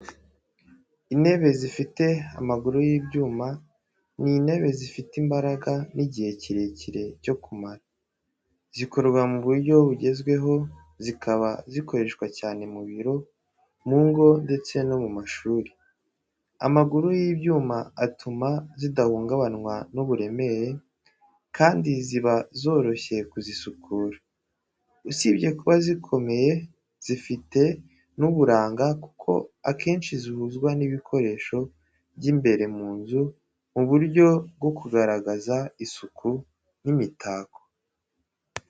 Intebe zifite amaguru y’ibyuma ni intebe zifite imbaraga n’igihe kirekire zo kumara. Zikorwa mu buryo bugezweho, zikaba zikoreshwa cyane mu biro, mu ngo ndetse no mu mashuri. Amaguru y’ibyuma atuma zidahungabanywa n’uburemere, kandi ziba zoroshye kuzisukura. Usibye kuba zikomeye, ziba zifite n’uburanga kuko akenshi zihuzwa n’ibindi bikoresho by’imbere mu nzu mu buryo bwo kugaragaza isuku n’imitako.